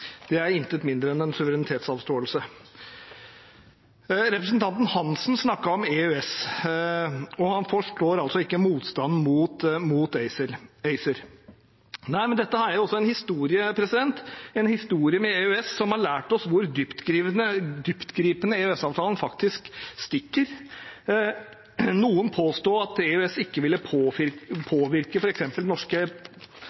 det er intet mindre enn en suverenitetsavståelse. Representanten Svein Roald Hansen snakket om EØS, og han forstår altså ikke motstanden mot ACER. Nei, men dette er også en historie, en historie med EØS som har lært oss hvor dyptgripende EØS-avtalen faktisk stikker. Noen påsto at EØS ikke ville